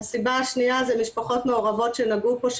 הסיבה השנייה זה משפחות מעורבות שנגעו פה,